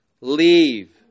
Leave